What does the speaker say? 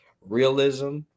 realism